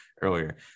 earlier